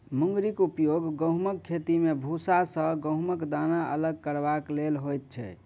मुंगरीक उपयोग गहुमक खेती मे भूसा सॅ गहुमक दाना अलग करबाक लेल होइत छै